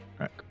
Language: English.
right